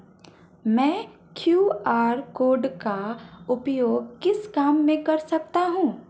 मैं QR code का उपयोग किस काम में कर सकता हूं?